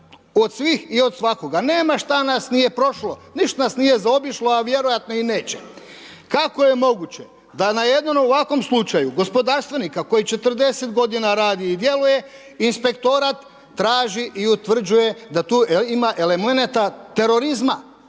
od svih i od svakoga, nema što nas nije prošlo, ništa nas nije zaobišlo a vjerojatno i neće, kako je moguće da na jednom ovakvom slučaju gospodarstvenika koji 40 godina radi i djeluje inspektorat traži i utvrđuje da tu ima elemenata terorizma